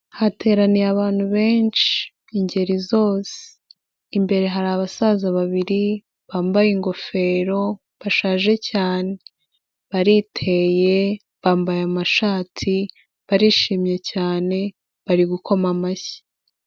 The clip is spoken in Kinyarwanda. Hateraniye abantu benshi ingeri zose. Imbere hari abasaza babiri bambaye ingofero bashaje cyane. Bariteye, bambaye amashati, barishimye cyane bari gukoma amashyi.